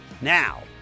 Now